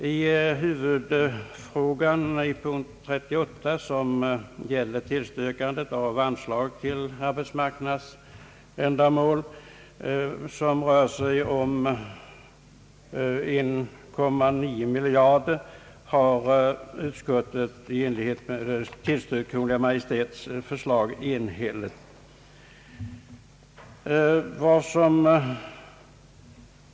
I huvudfrågan i p. 38, som gäller tillstyrkande av anslag till arbetsmarknadsändamål för 1,9 miljarder kronor, har utskottet enhälligt tillstyrkt Kungl. Maj:ts förslag.